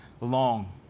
long